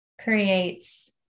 creates